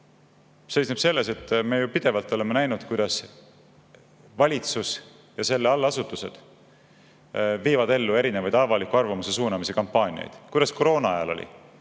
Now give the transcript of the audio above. seisneb selles, et me ju pidevalt oleme näinud, kuidas valitsus ja selle allasutused viivad ellu erinevaid avaliku arvamuse suunamise kampaaniaid. Kuidas koroonaajal oli?